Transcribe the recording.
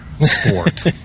sport